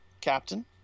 Captain